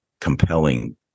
compelling